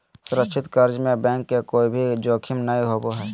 सुरक्षित कर्ज में बैंक के कोय भी जोखिम नय होबो हय